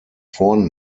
vorn